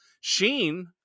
Sheen